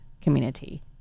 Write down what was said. community